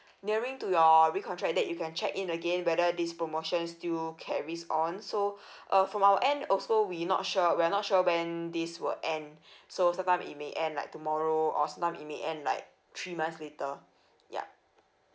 nearing to your recontract date you can check in again whether these promotions still carries on so uh from our end also we not sure we are not sure when this will end so sometime it may end like tomorrow or sometime it may end like three months later ya